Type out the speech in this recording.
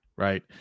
right